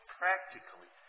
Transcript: practically